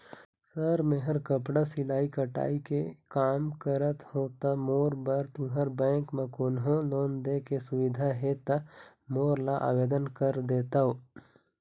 Sir मेहर कपड़ा सिलाई कटाई के कमा करत हों ता मोर बर तुंहर बैंक म कोन्हों लोन दे के सुविधा हे ता मोर ला आवेदन कर देतव?